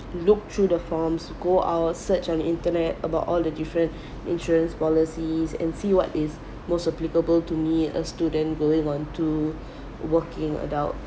look through the forms go out search on internet about all the different insurance policies and see what is most applicable to me a student going on to working adult